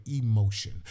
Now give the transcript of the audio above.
emotion